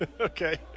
Okay